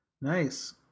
Nice